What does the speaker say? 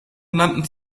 genannten